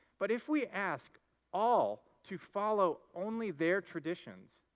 but if we ask all to follow only their traditions,